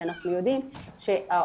כי אנחנו יודעים שהאוכלוסייה,